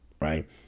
right